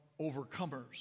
overcomers